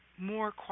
more